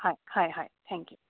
হয় হয় হয় থেংক ইউ